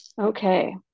Okay